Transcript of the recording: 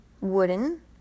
wooden